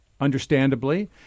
understandably—